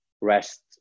rest